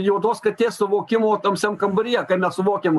juodos katės suvokimo tamsiam kambaryje kai mes suvokiam